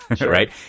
right